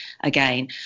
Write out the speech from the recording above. again